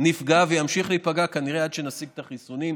נפגע וימשיך להיפגע, כנראה, עד שנשיג את החיסונים,